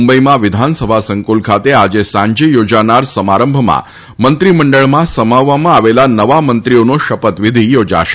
મુંબઈમાં વિધાનસભા સંકુલ ખાતે આજે સાંજે યોજાનાર સમારંભમાં મંત્રીમંડળમાં સમાવવામાં આવેલ નવા મંત્રીઓનો શપથવિધિ યોજાશે